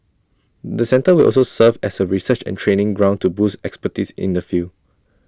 the centre will also serve as A research and training ground to boost expertise in the field